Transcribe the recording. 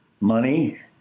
Money